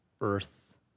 Earth